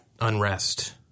unrest